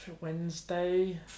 Wednesday